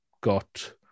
got